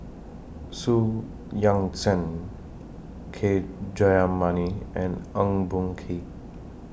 Xu Yuan Zhen K Jayamani and Eng Boh Kee